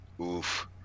Oof